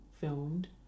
filmed